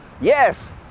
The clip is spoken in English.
yes